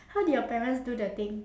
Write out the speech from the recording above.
how did your parents do the thing